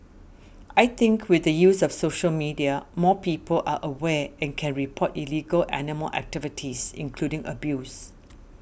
I think with the use of social media more people are aware and can report illegal animal activities including abuse